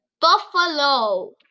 buffalo